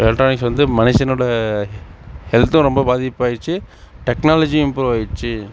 electronics வந்து மனுஷனோட ஹெல்த்தும் ரொம்ப பாதிப்பாகிடுச்சி டெக்னாலஜியும் இம்ப்ரூவ் ஆயிடுச்சி